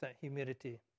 humidity